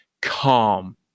calm